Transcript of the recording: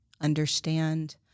understand